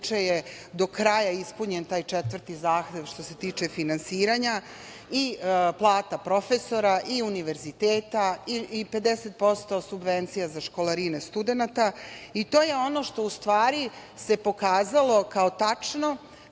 do kraja ispunjen taj četvrti zahtev što se tiče finansiranja i plata profesora i univerziteta i 50% subvencija za školarine studenata. I to je ono što se pokazalo kao tačno